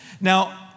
Now